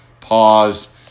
Pause